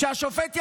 שהשופט יחליט,